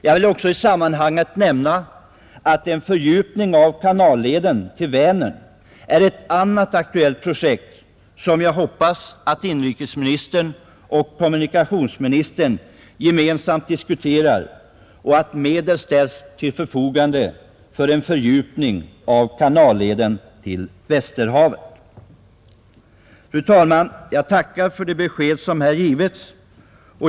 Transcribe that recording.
Jag vill i sammanhanget också nämna att en fördjupning av kanalleden till Vänern är ett annat aktuellt projekt som jag hoppas att inrikes-, finansoch kommunikationsministrarna gemensamt diskuterar och att de så snabbt som möjligt ställer medel till förfogande för en fördjupning av leden till Västerhavet. Fru talman! Jag tackar för de besked som givits.